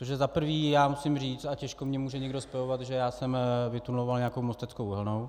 Protože za prvé musím říct, že těžko mě může někdo spojovat, že já jsem vytuneloval nějakou Mosteckou uhelnou.